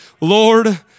Lord